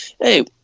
hey